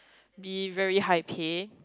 the very high pay